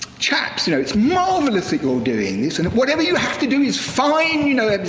chaps, you know, it's marvelous that you're doing this, and whatever you have to do is fine, you know,